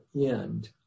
end